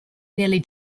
nearly